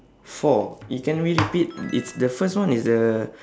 four you can re~ repeat it's the first one is the